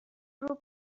ربع